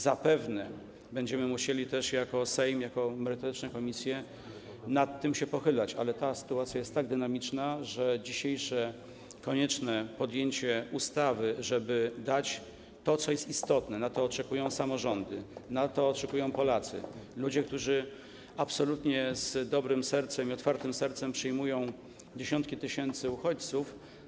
Zapewne będziemy musieli jako Sejm, jako merytoryczne komisje nad tym się pochylać, ale ta sytuacja jest tak dynamiczna, że dzisiaj konieczne jest przyjęcie ustawy, żeby dać to, co jest istotne, na co oczekują samorządy, na co oczekują Polacy, ludzie, którzy absolutnie z dobrego serca, z otwartym sercem przyjmują dziesiątki tysięcy uchodźców.